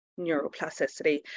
neuroplasticity